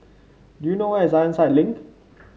do you know where is Ironside Link